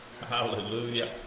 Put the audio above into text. Hallelujah